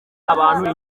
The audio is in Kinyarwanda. abantu